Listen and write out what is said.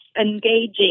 engaging